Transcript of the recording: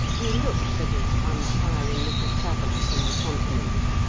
we look for this untiring little traveller from the continent.